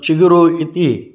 चिगरु इति